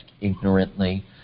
ignorantly